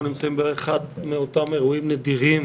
אנחנו נמצאים באחד מאותם אירועים נדירים